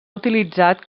utilitzat